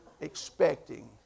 expecting